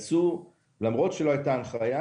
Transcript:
למרות שלא הייתה הנחייה,